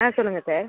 ஆ சொல்லுங்கள் சார்